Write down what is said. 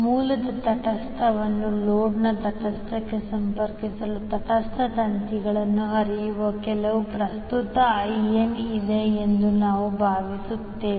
ಮೂಲದ ತಟಸ್ಥವನ್ನು ಲೋಡ್ನ ತಟಸ್ಥಕ್ಕೆ ಸಂಪರ್ಕಿಸುವ ತಟಸ್ಥ ತಂತಿಯಲ್ಲಿ ಹರಿಯುವ ಕೆಲವು ಪ್ರಸ್ತುತ In ಇದೆ ಎಂದು ನಾವು ಭಾವಿಸುತ್ತೇವೆ